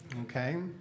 Okay